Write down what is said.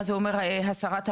מה זה אומר הסרת ההגנה?